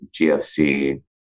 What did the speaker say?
GFC